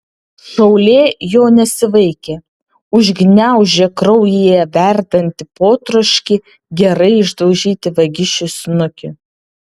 šaulė jo nesivaikė užgniaužė kraujyje verdantį potroškį gerai išdaužyti vagišiui snukį